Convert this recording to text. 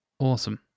Awesome